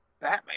batman